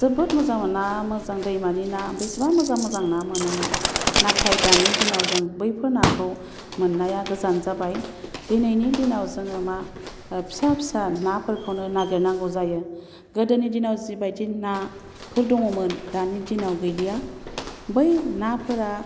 जोबोद मोजां ना दैमानि ना बिसिबां मोजां मोजां ना मोनोमोन नाथाय दानि दिनाव जों बैफोर नाखौ मोन्नाया गोजान जाबाय दिनैनि दिनाव जोङो मा फिसा फिसा नाफोरखौनो नागिरनांगौ जायो गोदोनि दिनाव जि बायदि नाफोर दङमोन दानि दिनाव गैलिया बै नाफोरा